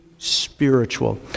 Spiritual